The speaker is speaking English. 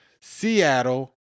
Seattle